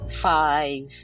five